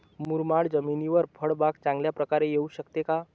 मुरमाड जमिनीवर फळबाग चांगल्या प्रकारे येऊ शकते का?